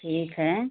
ठीक है